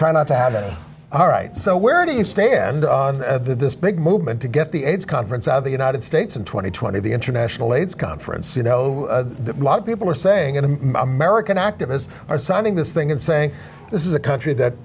try not to have it all right so where do you stand on this big movement to get the aids conference out of the united states in two thousand and twenty the international aids conference you know a lot of people are saying and american activists are signing this thing and saying this is a country that